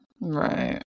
right